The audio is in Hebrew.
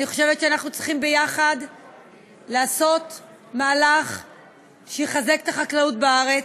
אני חושבת שאנחנו צריכים ביחד לעשות מהלך שיחזק את החקלאות בארץ.